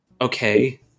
Okay